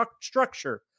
structure